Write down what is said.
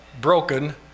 broken